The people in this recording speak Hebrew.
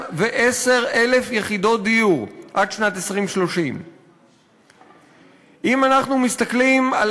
210,000 יחידות דיור עד שנת 2030. אם אנחנו מסתכלים על